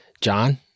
John